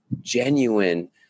genuine